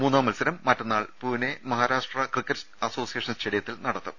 മൂന്നാം മത്സരം മറ്റന്നാൾ പൂനെ മഹാരാഷ്ട്ര ക്രിക്കറ്റ് അസോസിയേഷൻ സ്റ്റേഡിയത്തിൽ നടക്കും